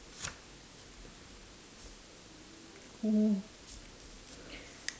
oh